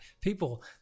People